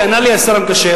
כי ענה לי השר המקשר,